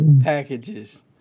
packages